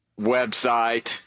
website